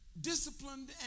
disciplined